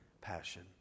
passion